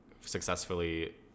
successfully